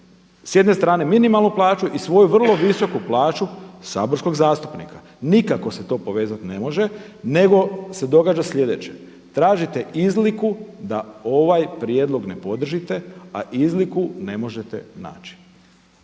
s jedne strane minimalnu plaću i svoju vrlo visoku plaću saborskog zastupnika. Nikako se to povezat ne može, nego se događa sljedeće. Tražite izliku da ovaj prijedlog ne podržite, a izliku ne možete naći.